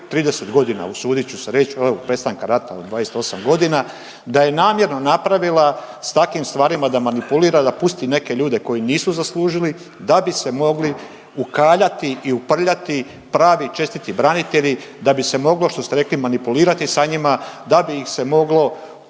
30 godina usudit ću se reći od prestanka rata ili 28 godina da je namjerno napravila s takvim stvarima da manipulira da pusti neke ljude koji nisu zaslužili da bi se mogli ukaljati i uprljati pravi čestiti branitelji, da bi se moglo što ste rekli manipulirati s njima, da bi ih se moglo